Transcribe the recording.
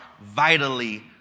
vitally